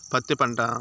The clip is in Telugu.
పత్తి పంట